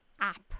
app